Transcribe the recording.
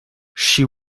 she